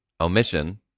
Omission